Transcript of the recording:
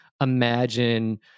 imagine